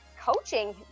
coaching